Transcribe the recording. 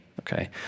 okay